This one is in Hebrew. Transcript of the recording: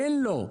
אין לו היכן.